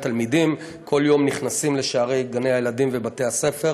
תלמידים כל יום נכנסים לשערי גני הילדים ובתי-הספר,